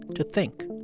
to think.